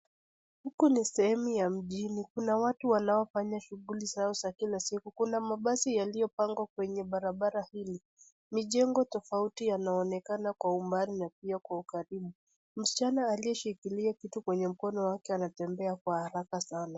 Huko ni sehemu ya mji. Kuna watu wanaofanya shughuli zao za kila siku kuna mabasi yaliyopangwa kwenye barabara hiyo. Mijengo tofauti yanaonekana kwa umbali na pia kwa ukaribu. Msichana aliyeshikilia kitu kwenye mkono wake anatembea kwa haraka sana.